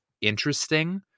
interesting